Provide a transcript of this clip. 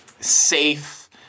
safe